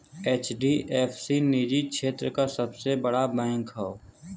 HDFC निजी क्षेत्र क सबसे बड़ा बैंक हौ